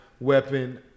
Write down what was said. weapon